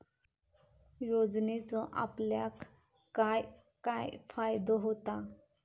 योजनेचो आपल्याक काय काय फायदो होता?